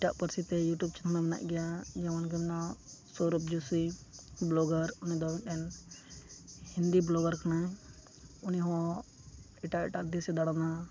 ᱮᱴᱟᱜ ᱯᱟᱹᱨᱥᱤᱛᱮ ᱤᱭᱩᱴᱩᱵ ᱪᱮᱱᱮᱞᱦᱚᱸ ᱢᱮᱱᱟᱜ ᱜᱮᱭᱟ ᱡᱮᱢᱚᱱᱜᱮ ᱢᱮᱱᱟᱜ ᱥᱳᱣᱨᱚᱵᱷ ᱡᱚᱥᱤ ᱵᱞᱚᱜᱟᱨ ᱩᱱᱤᱫᱚ ᱢᱤᱫᱴᱮᱱ ᱦᱤᱱᱫᱤ ᱵᱞᱚᱜᱟᱨ ᱠᱟᱱᱟᱭ ᱩᱱᱤᱦᱚᱸ ᱮᱴᱟᱜ ᱮᱴᱟᱜ ᱫᱮᱥᱼᱮ ᱫᱟᱬᱟᱱᱟ